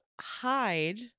hide